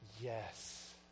Yes